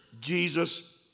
Jesus